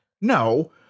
No